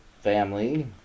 family